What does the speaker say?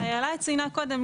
אילה ציינה קודם.